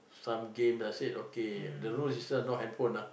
some game I said okay the rule system no handphone ah